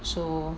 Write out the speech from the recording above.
so